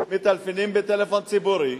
מטלפנים בטלפון ציבורי,